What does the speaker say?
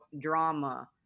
drama